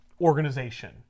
organization